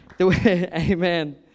Amen